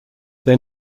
they